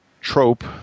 trope